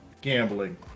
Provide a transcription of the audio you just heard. gambling